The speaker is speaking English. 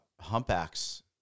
Humpbacks